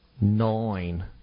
nine